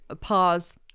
pause